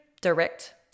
direct